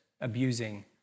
abusing